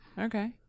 Okay